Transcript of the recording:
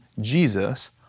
Jesus